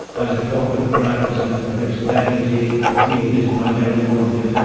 as a corporate practice and a career specialization, the field is primarily normative.